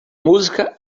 música